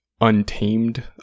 untamed